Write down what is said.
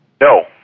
No